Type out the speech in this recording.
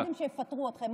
אתם מפחדים שיפטרו אתכם.